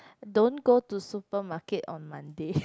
don't go to supermarket on Monday